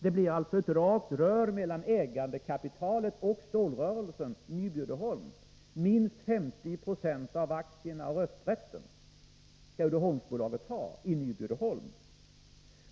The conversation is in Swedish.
Det blir alltså ett rakt rör mellan ägandekapitalet och stålrörelsen Nyby Uddeholm. Uddeholmsbolaget skall ha minst 50 96 av aktierna och rösträtten i Nyby Uddeholm.